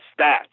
stats